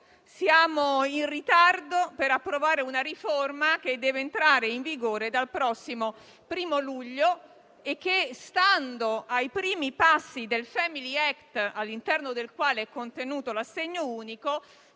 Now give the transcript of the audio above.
siamo in ritardo nell'approvare una riforma che dovrà entrare in vigore dal prossimo 1° luglio e che, stando ai primi passi del *family act*, all'interno del quale è contenuto l'assegno unico,